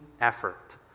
effort